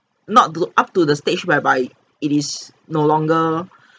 not up to the stage whereby it is no longer